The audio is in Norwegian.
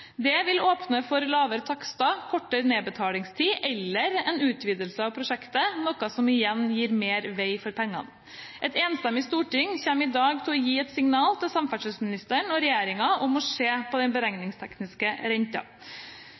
Det vil åpne for lavere takster, kortere nedbetalingstid eller en utvidelse av prosjektet, noe som igjen gir mer vei for pengene. Et enstemmig storting kommer i dag til å gi et signal til samferdselsministeren og regjeringen om å se på den beregningstekniske